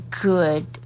good